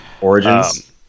Origins